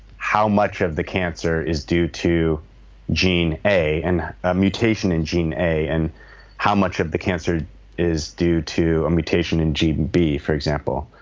how much of the cancer is due to gene a and a mutation in gene a, and how much of the cancer is due to a mutation in gene b for example.